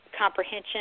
comprehension